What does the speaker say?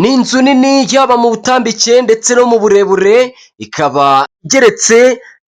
Ni inzu nini yaba mu butambike ndetse no mu burebure ikaba igereretse,